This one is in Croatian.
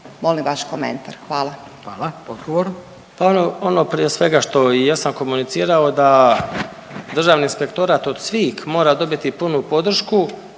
Nikša (Socijaldemokrati)** Pa ono, prije svega što i jesam komunicirao da Državni inspektorat od svih mora dobiti punu podršku